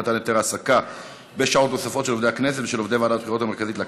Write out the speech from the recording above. שהחזירה ועדת הכלכלה,